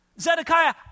Zedekiah